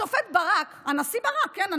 השופט ברק, הנשיא ברק, כן?